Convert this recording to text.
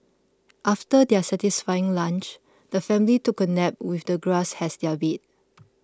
after their satisfying lunch the family took a nap with the grass has their bed